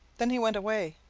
then he went away.